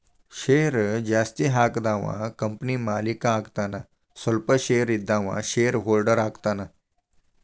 share ಜಾಸ್ತಿ ಹಾಕಿದವ company ಮಾಲೇಕ ಆಗತಾನ ಸ್ವಲ್ಪ ಶೇರ್ ಇದ್ದವ ಶೇರ್ ಹೋಲ್ಡರ್ ಆಗತಾನ